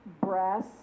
Brass